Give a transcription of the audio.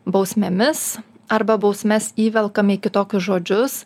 bausmėmis arba bausmes įvelkam į kitokius žodžius